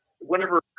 whenever